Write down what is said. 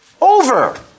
Over